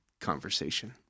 conversation